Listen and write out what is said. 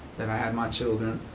that i had my children,